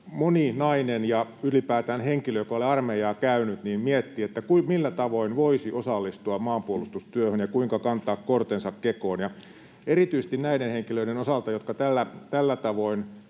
moni nainen ja ylipäätään henkilö, joka ei ole armeijaa käynyt, miettii, millä tavoin voisi osallistua maanpuolustustyöhön ja kuinka kantaa kortensa kekoon. Erityisesti näiden henkilöiden osalta, jotka tällä tavoin